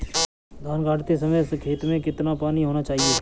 धान गाड़ते समय खेत में कितना पानी होना चाहिए?